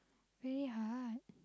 very hard